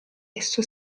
esso